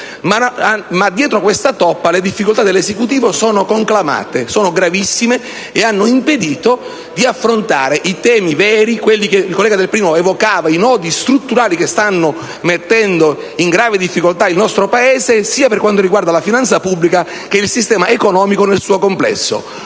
se dietro questa toppa le difficoltà dell'Esecutivo sono gravissime e conclamate. Esse hanno impedito di affrontare i temi veri, quelli che il collega Del Pennino poco fa evocava, i nodi strutturali che stanno mettendo in grave difficoltà il nostro Paese, sia per quanto riguarda la finanza pubblica, che il sistema economico nel suo complesso.